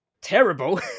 terrible